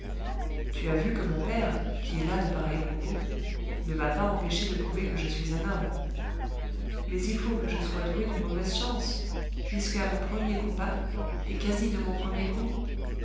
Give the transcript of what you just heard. tu as vu que mon père qui est las de pareils propos ne m'a pas empêché de prouver que je suis un homme mais il faut que je sois doué d'une mauvaise chance puisque à mon premier combat et quasi de mon premier coup